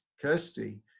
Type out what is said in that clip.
Kirsty